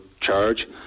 charge